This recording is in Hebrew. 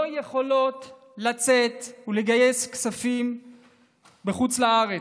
יכולות לצאת ולגייס כספים בחוץ לארץ.